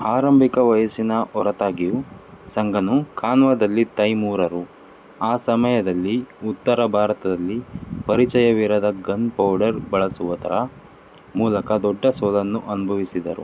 ಆರಂಭಿಕ ವಯಸ್ಸಿನ ಹೊರತಾಗಿಯೂ ಸಂಗನು ಖಾನ್ವಾದಲ್ಲಿ ತೈಮೂರರು ಆ ಸಮಯದಲ್ಲಿ ಉತ್ತರ ಭಾರತದಲ್ಲಿ ಪರಿಚಯವಿರದ ಗನ್ಪೌಡರ್ ಬಳಸುವುದರ ಮೂಲಕ ದೊಡ್ಡ ಸೋಲನ್ನು ಅನುಭವಿಸಿದರು